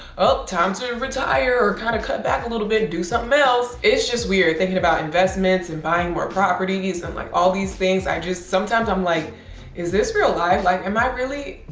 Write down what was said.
oh, time to retire or kind of cut back a little bit, do something else. it's just weird thinking about investments and buying more properties and like all these things. i just, sometimes i'm like is this real life? like am i really,